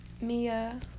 Mia